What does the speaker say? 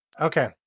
Okay